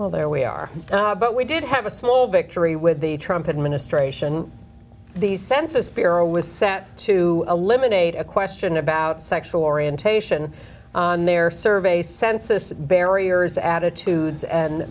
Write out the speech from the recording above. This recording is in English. well there we are but we did have a small victory with the trump administration the census bureau was set to eliminate a question about sexual orientation in their survey census barriers attitudes and